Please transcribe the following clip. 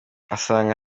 asanga